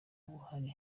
buhari